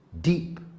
deep